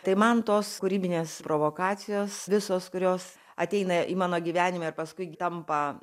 tai man tos kūrybinės provokacijos visos kurios ateina į mano gyvenime ar paskui tampa